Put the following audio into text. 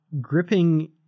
gripping